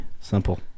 Simple